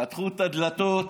פתחו את הדלתות.